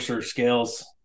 scales